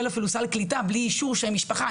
אפילו סל קליטה בלי אישור שהם משפחה.